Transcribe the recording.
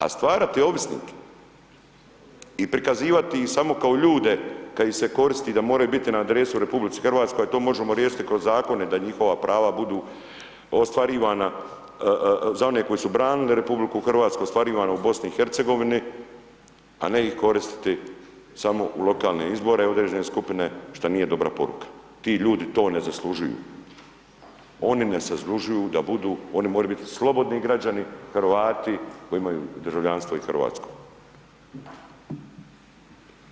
A stvarati ovisnike i prikazivati ih samo kao ljude kad ih se koristi da moraju biti na adresu u RH, to možemo riješiti kroz Zakone da njihova prava budu ostvarivana za one koji su branili RH ostvarivano u BiH, a ne ih koristiti samo u lokalne izbore u određene skupine, šta nije dobra poruka, ti ljudi to ne zaslužuju, oni ne zaslužuju, oni moraju biti slobodni građani, Hrvati, koji imaju i državljanstvo i hrvatsko.